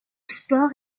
sport